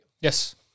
Yes